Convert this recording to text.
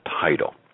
title